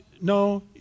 no